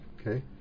okay